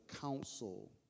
counsel